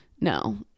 no